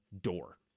door